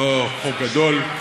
הוא לא חוק גדול,